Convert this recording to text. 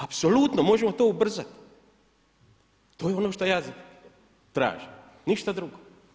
Apsolutno, možemo to ubrzati, to je ono što ja tražim, ništa drugo.